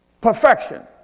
perfection